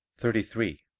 thirty three.